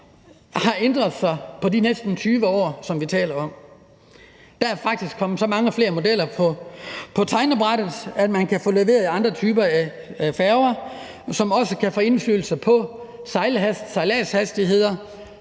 har ændret sig på de næsten 20 år, som vi taler om. Der er faktisk kommet så mange flere modeller på tegnebrættet, at man kan få leveret andre typer af færger, hvilket også kan få indflydelse på det i